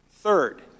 Third